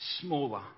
smaller